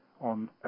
on